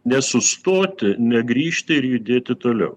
nesustoti negrįžti ir judėti toliau